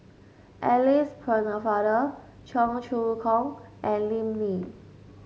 Alice Pennefather Cheong Choong Kong and Lim Lee